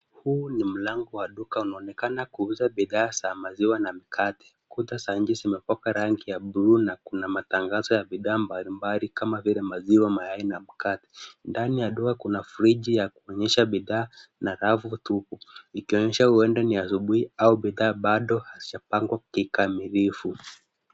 Huu ni mlango wa duka, unaonekana kuuza bidhaa za maziwa na mkate. Kuta za nje zimepakwa rangi ya bluu na kuna matangazo ya bidhaa mbalimbali kama vile maziwa, mayai na mkate. Ndani ya duka kuna friji ya kuonyesha bidhaa na rafu tupu ikionyesha huenda ni asubuhi au bidhaa bado hazijapangwa kikamilifu.